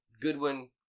Goodwin